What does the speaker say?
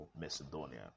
Macedonia